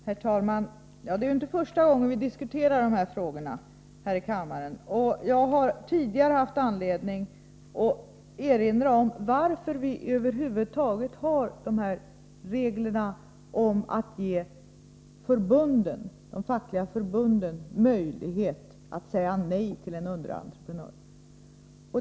Herr talman! Det är inte första gången vi diskuterar dessa frågor här i kammaren, och jag har tidigare haft anledning att erinra om varför vi över huvud taget har dessa regler om att ge de fackliga förbunden möjlighet att säga nej till en underentreprenör.